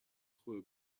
trois